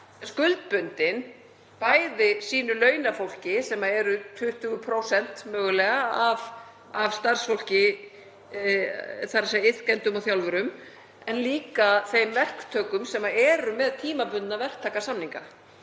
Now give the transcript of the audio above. skuldbundin, bæði sínu launafólki, sem er mögulega 20% starfsfólksins, þ.e. iðkendum og þjálfurum, en líka þeim verktökum sem eru með tímabundna verktakasamninga.